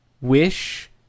wish